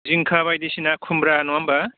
जिंखा बायदिसिना खुमब्रा नङा होनबा